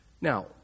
Now